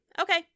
okay